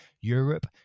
Europe